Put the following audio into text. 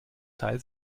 teil